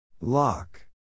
Lock